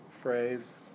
phrase